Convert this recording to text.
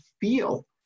feel